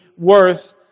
worth